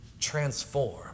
transform